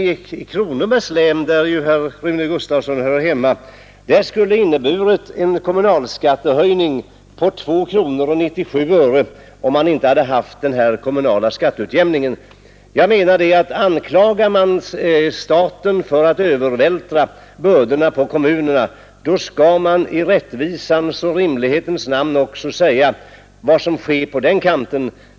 I Kronorbergs län, där herr Rune Gustavsson i Alvesta hör hemma, skulle det ha inneburit en genomsnittlig kommunalskattehöjning på 2:97 kronor om man inte hade haft den här kommunalskatteutjämningen. Jag menar att anklagar man staten för att övervältra bördorna på kommunerna, skall man i rättvisans och rimlighetens namn också säga vad som sker på den kanten.